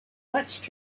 clutched